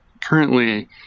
currently